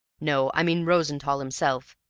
no, i mean rosenthall himself,